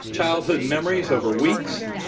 childhood memories over weeks,